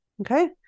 okay